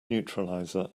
neuralizer